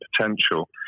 potential